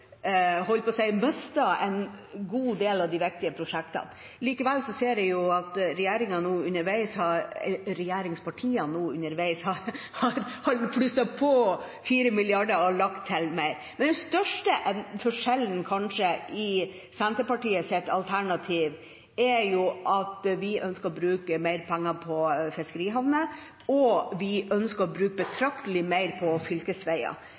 en god del av de viktige prosjektene. Likevel ser jeg at regjeringspartiene nå underveis har plusset på 4 mrd. kr og lagt til mer. Men den største forskjellen i Senterpartiets alternativ er kanskje at vi ønsker å bruke mer penger på fiskerihavner, og at vi ønsker å bruke betraktelig mer på